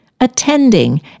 attending